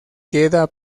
queda